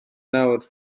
nawr